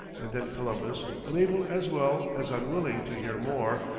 and then columbus, unable as well as unwilling to hear more,